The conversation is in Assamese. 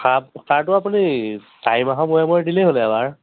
সাৰ সাৰটো আপুনি চাৰি মাহৰ মূৰে মূৰে দিলেই হ'ল এবাৰ